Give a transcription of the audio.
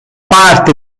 parte